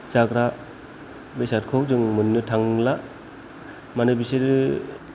जाग्रा बेसादखौ जों मोननो थांला माने बिसोरो